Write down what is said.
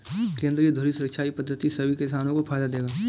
केंद्रीय धुरी सिंचाई पद्धति सभी किसानों को फायदा देगा